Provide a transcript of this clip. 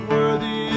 Worthy